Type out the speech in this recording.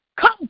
Come